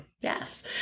Yes